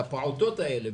לפעוטות האלה,